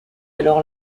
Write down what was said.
alors